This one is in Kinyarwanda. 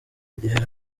igihe